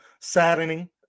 saddening